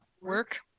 work